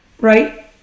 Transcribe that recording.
Right